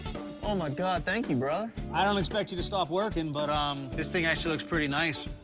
oh my god, thank you, brother. i don't expect you to stop working, but um this thing actually looks pretty nice.